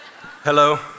hello